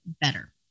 better